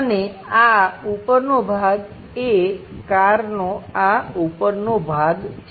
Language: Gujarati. અને આ ઉપરનો ભાગ એ કારનો આ ઉપરનો ભાગ છે